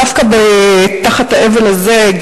דווקא תחת האבל הזה,